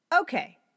Okay